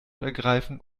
ergreifen